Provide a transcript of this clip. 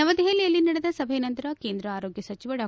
ನವದೆಹಲಿಯಲ್ಲಿ ನಡೆದ ಸಭೆಯ ನಂತರ ಕೇಂದ್ರ ಆರೋಗ್ಯ ಸಚಿವ ಡಾ